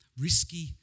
Risky